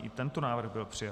I tento návrh byl přijat.